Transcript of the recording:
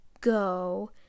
go